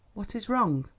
what is wrong?